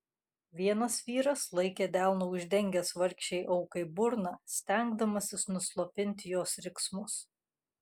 vienas vyras laikė delnu uždengęs vargšei aukai burną stengdamasis nuslopinti jos riksmus